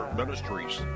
Ministries